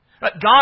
God